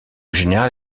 général